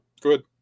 Good